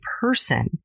person